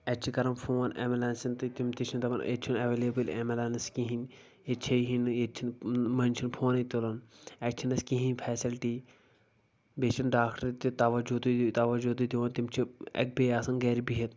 اتہِ چھِ کران فون اٮ۪مبولینسن تہٕ تِم چھ دپان ییٚتہِ چھنہٕ اٮ۪ویلیبٕل ایمبو لینٕس کہیٖنۍ ییٚتہِ چھے ہی نہٕ ییٚتہِ چھِنہٕ منٛزۍ چھِنہٕ فونٕے تُلان اتہِ چھنہٕ اسہِ کہیٖںی فیسلٹی بیٚیہِ چھنہٕ ڈاکٹر تہِ توجُہ تہِ توجُہ تہِ دِوان تِم چھِ اکہِ بے آسان گرِ بِہِتھ